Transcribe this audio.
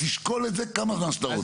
תשקול את זה כמה זמן שאתה רוצה.